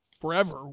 forever